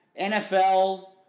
NFL